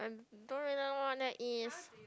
I don't really know what that is